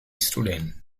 student